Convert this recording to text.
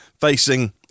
facing